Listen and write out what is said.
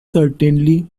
certainly